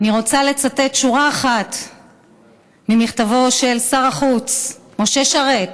אני רוצה לצטט שורה אחת ממכתבו של שר החוץ משה שרת,